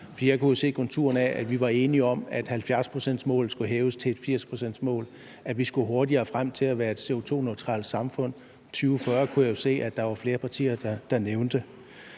jeg kunne jo se konturerne af, at vi var enige om, at 70-procentsmålet skulle hæves til et 80-procentsmål, og at vi skulle hurtigere frem til at være et CO2-neutralt samfund – 2040 kunne jeg jo se at der var flere partier der nævnte.